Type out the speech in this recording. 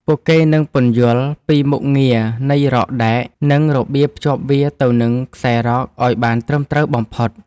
ពួកគេនឹងពន្យល់ពីមុខងារនៃរ៉កដែក និងរបៀបភ្ជាប់វាទៅនឹងខ្សែរ៉កឱ្យបានត្រឹមត្រូវបំផុត។